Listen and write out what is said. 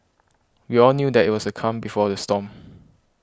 we all knew that it was the calm before the storm